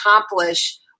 accomplish